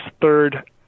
third